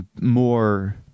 more